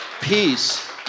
peace